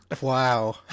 Wow